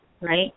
right